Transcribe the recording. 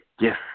Yes